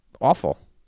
Awful